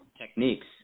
techniques